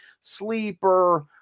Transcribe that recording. sleeper